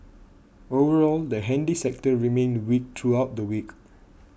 overall the handy sector remained weak throughout the week